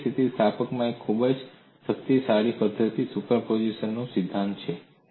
રેખીય સ્થિતિસ્થાપકતામાં એક ખૂબ જ શક્તિશાળી પદ્ધતિ સુપરપોઝિશનનો સિદ્ધાંત છે